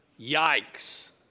Yikes